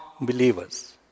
believers